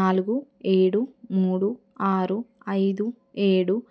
నాలుగు ఏడు మూడు ఆరు ఐదు ఏడు